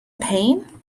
pain